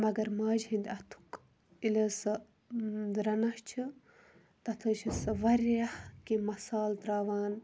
مَگَر ماجہِ ہِنٛدۍ اَتھُک ییٚلہِ حظ سۄ رَنان چھِ تَتھ حظ چھِ سۄ واریاہ کینٛہہ مَسال تراوان